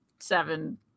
Seven